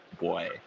boy